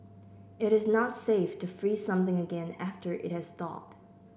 it is not safe to freeze something again after it has thawed